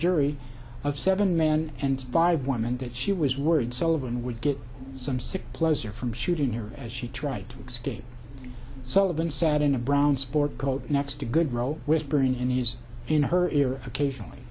jury of seven men and five women that she was worried sullivan would get some sick pleasure from shooting her as she tried to escape so then sat in a brown sport coat next to good role whispering in his in her ear occasionally